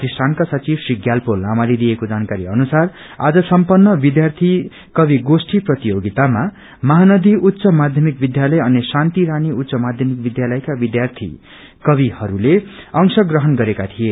प्रतिष्ठानका संचिव श्री ग्याल्पो लामाले दिएको जानकारी अनुसार आज सम्पत्र विद्यार्थी कवि गोष्ठी प्रतियोगितामा महानदी उच्च माध्यमिक विद्यालय अनि शान्ति रानी उच्च माध्यमिक विद्यालयका विद्यार्थी कविहरूले अंश ग्रहण गरेका थिए